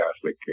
Catholic